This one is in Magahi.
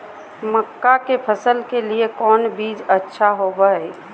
मक्का के फसल के लिए कौन बीज अच्छा होबो हाय?